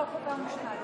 חוקה, חוק ומשפט.